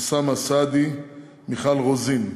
אוסאמה סעדי ומיכל רוזין.